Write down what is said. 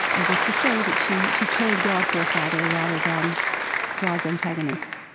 as if to say that she she chose god for a father rather than god's antagonist,